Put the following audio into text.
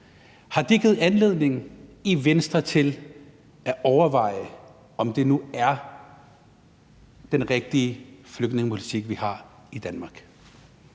har det givet Venstre anledning til at overveje, om det nu er den rigtige flygtningepolitik, vi har i Danmark?